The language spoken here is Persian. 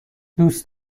دوست